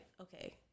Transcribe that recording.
okay